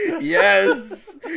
yes